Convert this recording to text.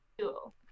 Cool